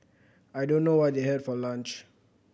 I don't know what they had for lunch